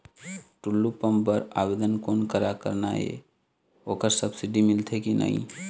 Tullu pump बर आवेदन कोन करा करना ये ओकर सब्सिडी मिलथे की नई?